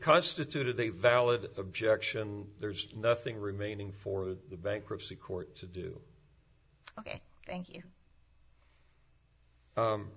constituted a valid objection there's nothing remaining for the bankruptcy court to do thank you